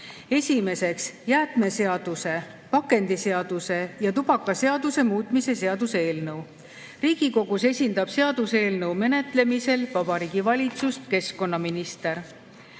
Esimeseks, jäätmeseaduse, pakendiseaduse ja tubakaseaduse muutmise seaduse eelnõu. Riigikogus esindab seaduseelnõu menetlemisel Vabariigi Valitsust keskkonnaminister.